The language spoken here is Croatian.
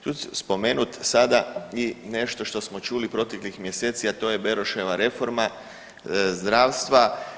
Tu je spomenut sada i nešto što smo čuli proteklih mjeseci, a to je Beroševa reforma zdravstva.